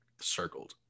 circled